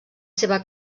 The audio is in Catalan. seva